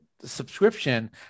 subscription